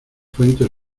fuentes